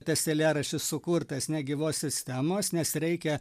tas eilėraštis sukurtas negyvos sistemos nes reikia